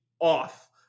off